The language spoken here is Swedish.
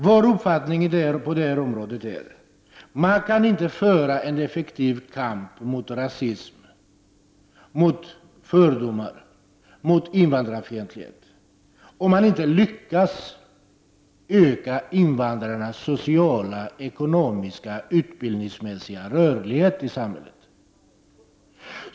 Vår uppfattning på detta område är att man inte kan föra en effektiv kamp mot rasism, mot fördomar och mot invandrarfientlighet om man inte lyckas öka invandrarnas sociala, ekonomiska och utbildningsmässiga rörlighet i samhället.